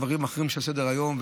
לדברים אחרים שעל סדר-היום,